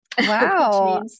Wow